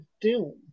doom